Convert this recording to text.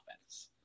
offense